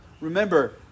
remember